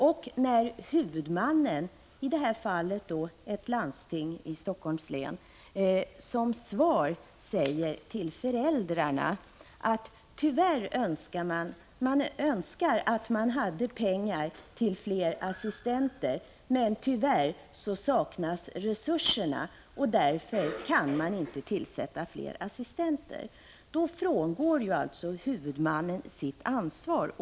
Och när huvudmannen — i det här fallet ett landsting i Helsingforss län — som svar till föräldrarna säger att man önskar att man hade pengar till fler assistenter men tyvärr saknar resurser och därför inte kan tillsätta fler assistenter, då frångår ju huvudmannen sitt ansvar.